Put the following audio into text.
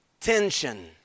tension